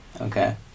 Okay